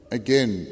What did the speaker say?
again